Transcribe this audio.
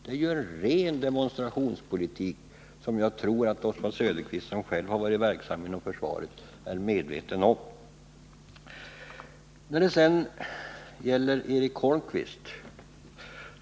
Det är ren demonstrationspolitik, och jag tror att Oswald Söderqvist som själv har varit verksam inom försvaret är medveten om det. Och så till Eric Holmqvist.